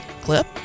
Clip